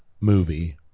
movie